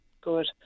Good